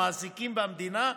המעסיקים והמדינה,